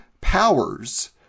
powers